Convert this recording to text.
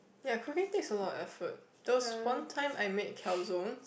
ya croquette takes a lot of effort there was one time I made calzones